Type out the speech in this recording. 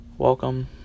Welcome